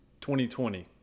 2020